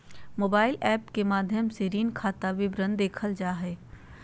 mobile app के माध्यम से ऋण खाता विवरण देखल जा हय